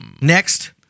Next